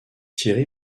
thierry